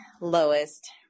lowest